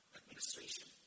administration